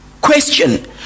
Question